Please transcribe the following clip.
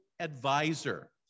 advisor